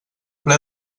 ple